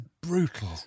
brutal